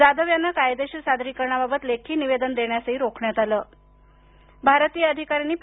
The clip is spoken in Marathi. जाधव यांना कायदेशीर सादरीकरणाबाबत लेखी निवेदन देण्यासही रोखण्यात आलंभारतीय अधिकारी पाकीस्तानचे या